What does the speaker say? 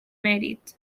mèrit